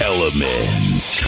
Elements